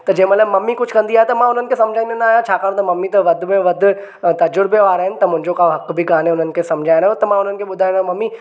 त जंहिं महिल ममी कुझु कंदी आहे त मां उन्हनि खे समुझाईंदो न आहियां छाकाणि त ममी त वधि में वधि तज़ुर्बे वारा आहिनि त मुंहिंजो को हक़ बि कान्हे उन्हनि खे समुझाइण जो त म हुननि खे ॿुधाइणो त ममी